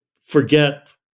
forget